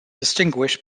distinguish